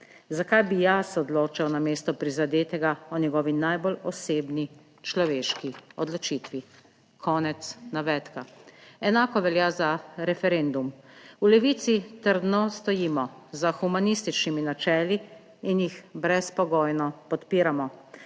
Zakaj bi jaz odločal namesto prizadetega o njegovi najbolj osebni, človeški odločitvi.", konec navedka. Enako velja za referendum. V Levici trdno stojimo za humanističnimi načeli in jih brezpogojno podpiramo.